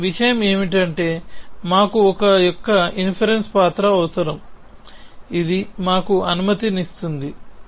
కాని విషయం ఏమిటంటే మాకు ఒక యొక్క ఇన్ఫెరెన్స్ పాత్ర అవసరం ఇది మాకు అనుమతిస్తుంది